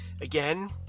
again